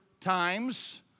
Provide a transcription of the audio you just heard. times